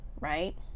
right